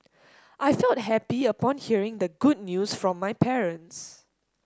I felt happy upon hearing the good news from my parents